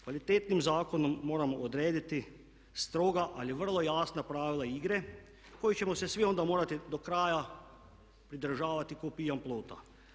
Kvalitetnim zakonom moramo odrediti stroga, ali vrlo jasna pravila igre koje ćemo se svi onda morati do kraja pridržavati ko pijan plota.